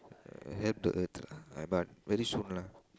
have the urge lah but very soon lah